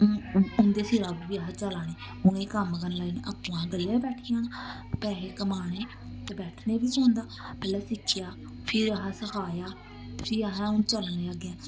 उं'दे सिरा बी असें चला ने उ'नेंगी कम्म करन लाई ओड़ना आपूं असें गल्ले पर बैठी जाना पैहे कमाने ते बैठने बी पौंदा पैह्लें सिक्खेआ फिर अहें सखाया फ्ही असें हून चलने अग्गें